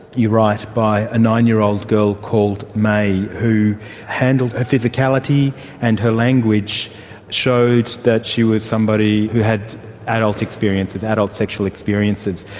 you write, by ah nine-year-old girl called may who handled her physicality and her language showed that she was somebody who had adult experiences, adult sexual experiences.